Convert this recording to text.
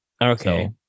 Okay